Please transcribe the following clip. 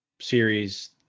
series